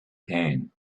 pen